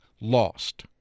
lost